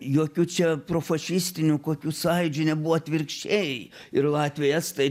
jokių čia profašistinių kokių sąjūdžių nebuvo atvirkščiai ir latviai estai